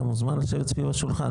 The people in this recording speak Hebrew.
אתה מוזמן לשבת סביב השולחן,